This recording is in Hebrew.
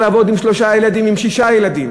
לעבוד עם שלושה ילדים ועם שישה ילדים